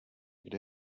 kde